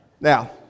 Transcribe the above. Now